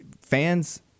fans